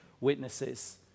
witnesses